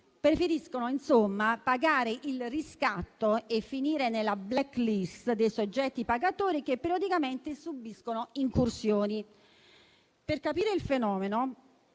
preferiscono, insomma, pagare il riscatto e finire nella *black list* dei soggetti pagatori che periodicamente subiscono incursioni. Per capire il fenomeno,